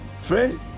Friend